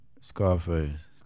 Scarface